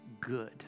good